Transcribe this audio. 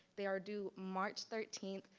they are due march thirteen,